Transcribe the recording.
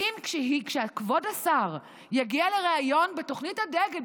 האם כשכבוד השר יגיע לריאיון בתוכנית הדגל,